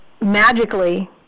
magically